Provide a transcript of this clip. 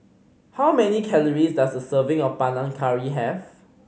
how many calories does a serving of Panang Curry have